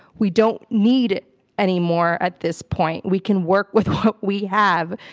we don't need any more at this point we can work with what we have.